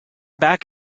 back